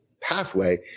pathway